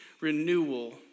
renewal